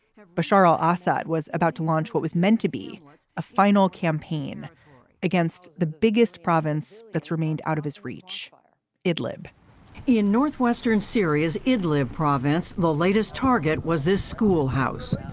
bashar al assad was about to launch what was meant to be a ah final campaign against the biggest province that's remained out of his reach ad-lib in northwestern syria's idlib province, the latest target was this school house